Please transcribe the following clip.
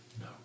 No